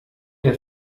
der